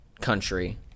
country